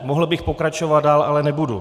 Mohl bych pokračovat dál, ale nebudu.